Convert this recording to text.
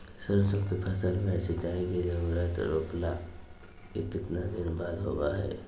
सरसों के फसल में सिंचाई के जरूरत रोपला के कितना दिन बाद होबो हय?